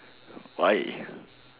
why